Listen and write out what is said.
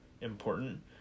important